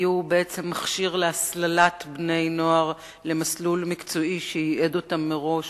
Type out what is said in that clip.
היו בעצם מכשיר להסללת בני-נוער למסלול מקצועי שייעד אותם מראש